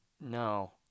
No